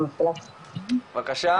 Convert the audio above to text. בבקשה,